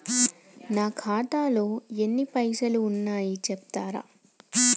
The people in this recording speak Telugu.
నా ఖాతాలో ఎన్ని పైసలు ఉన్నాయి చెప్తరా?